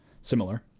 similar